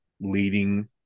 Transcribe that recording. leading